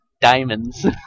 diamonds